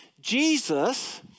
Jesus